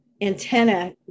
antenna